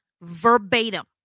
verbatim